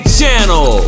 channel